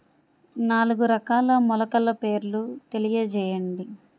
నాలుగు రకాల మొలకల పేర్లు తెలియజేయండి?